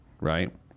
right